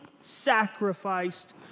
sacrificed